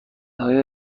های